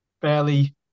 fairly